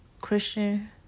Christian